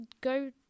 go